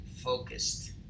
focused